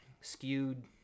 skewed